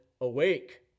awake